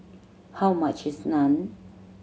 how much is Naan